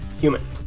human